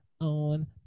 on